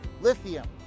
lithium